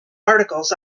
articles